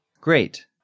great